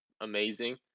amazing